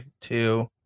two